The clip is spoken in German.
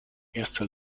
erster